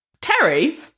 Terry